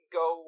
go